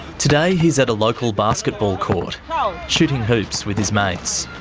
today, he's at a local basketball court, shooting hoops with his mates.